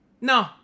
No